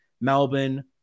Melbourne